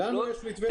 לנו יש מתווה.